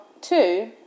two